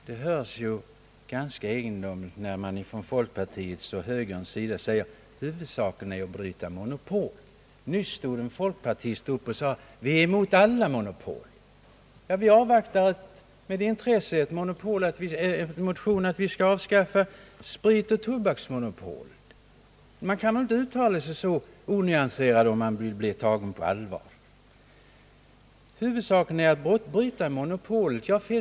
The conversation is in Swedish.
Herr talman! Det låter ganska egendomligt när man på folkpartiets och högerns sida säger att huvudsaken är att »bryta monopolet». Nyss stod en folkpartist upp och sade: Vi är mot alla monopol. Jag avvaktar med intresse en motion om att vi skall avskaffa spritoch tobaksmonopolen. Man kan inte uttala sig så onyanserat om man vill bli tagen på allvar. Huvudsaken är att bryta monopolet, sägs det.